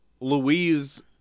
Louise